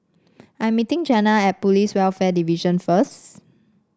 I am meeting Janna at Police Welfare Division first